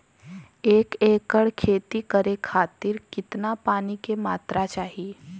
एक एकड़ खेती करे खातिर कितना पानी के मात्रा चाही?